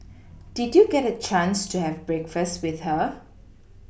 did you get a chance to have breakfast with her